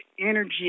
energy